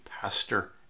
Pastor